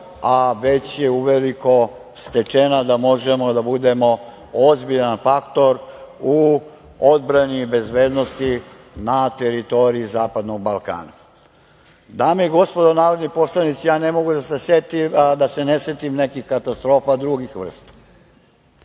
a već je uveliko stečena da možemo da budemo ozbiljan faktor u odbrani i bezbednosti na teritoriji Zapadnog Balkana. Dame i gospodo narodni poslanici, ne mogu da se ne setim nekih katastrofa drugih vrsta.